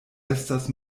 estas